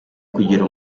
kugira